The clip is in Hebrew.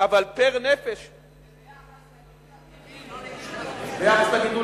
זה ביחס לגידול הטבעי, לא, כן,